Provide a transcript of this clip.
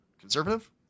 conservative